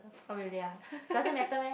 oh really ah doesn't matter meh